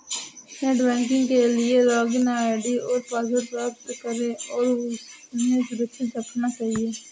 net banking के लिए login ID और पासवर्ड प्राप्त करें और उन्हें सुरक्षित रखना चहिये